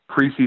preseason